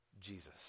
Jesus